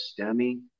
stemmy